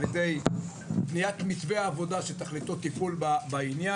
ידי בניית מתווה עבודה שתכליתו טפול בעניין,